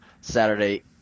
Saturday